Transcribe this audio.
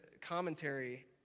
commentary